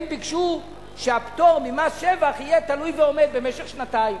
הם ביקשו שהפטור ממס שבח יהיה תלוי ועומד במשך שנתיים.